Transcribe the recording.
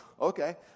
okay